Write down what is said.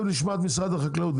את משרד החקלאות,